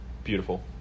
beautiful